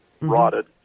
rotted